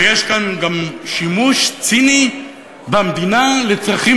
ויש כאן גם שימוש ציני במדינה לצרכים